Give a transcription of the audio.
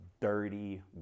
dirty